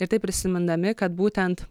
ir taip prisimindami kad būtent